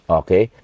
okay